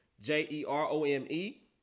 J-E-R-O-M-E